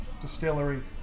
distillery